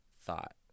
thought